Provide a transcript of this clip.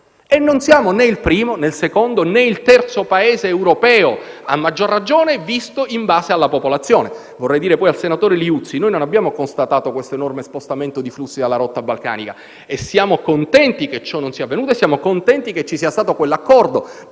E non siamo né il primo, né il secondo, né il terzo Paese europeo, a maggior ragione visto in base alla popolazione. Dico poi al senatore Liuzzi che noi non abbiamo constatato l'enorme spostamento di flussi dalla rotta balcanica. E siamo contenti che ciò non sia avvenuto e che ci sia stato quell'accordo,